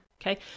Okay